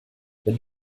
wenn